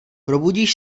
probudíš